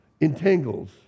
entangles